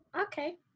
Okay